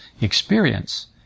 experience